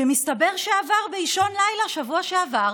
שמסתבר שעבר באישון לילה בשבוע שעבר